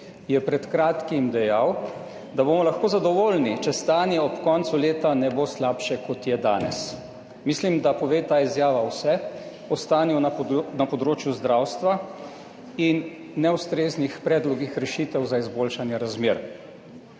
je pred kratkim dejal, da bomo lahko zadovoljni, če stanje ob koncu leta ne bo slabše, kot je danes. Mislim, da pove ta izjava vse o stanju na področju zdravstva in neustreznih predlogih rešitev za izboljšanje razmer.